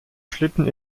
schlitten